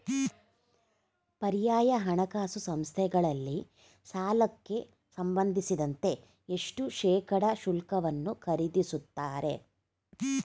ಪರ್ಯಾಯ ಹಣಕಾಸು ಸಂಸ್ಥೆಗಳಲ್ಲಿ ಸಾಲಕ್ಕೆ ಸಂಬಂಧಿಸಿದಂತೆ ಎಷ್ಟು ಶೇಕಡಾ ಶುಲ್ಕವನ್ನು ವಿಧಿಸುತ್ತಾರೆ?